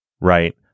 right